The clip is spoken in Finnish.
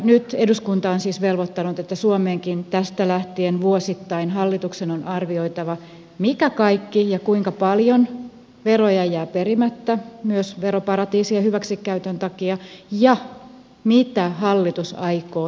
nyt eduskunta on siis velvoittanut että suomessakin tästä lähtien vuosittain hallituksen on arvioitava mikä kaikki ja kuinka paljon veroja jää perimättä myös veroparatiisien hyväksikäytön takia ja mitä hallitus aikoo sille tehdä